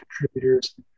contributors